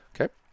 Okay